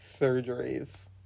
surgeries